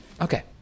okay